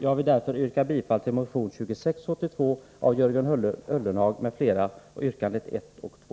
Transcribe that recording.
Jag vill därför yrka bifall till motion 2682 yrkande 1 och 2 av Jörgen Ullenhag m.fl.